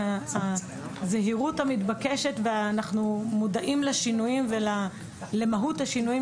הזהירות המתבקשת ואנחנו מודעים לשינויים ולמהות השינויים